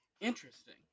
Interesting